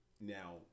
Now